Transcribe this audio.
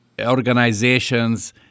organizations